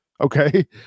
Okay